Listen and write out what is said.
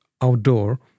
outdoor